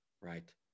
Right